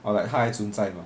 or like 它还存在吗